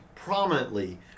prominently